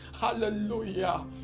Hallelujah